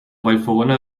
vallfogona